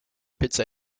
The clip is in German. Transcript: pizza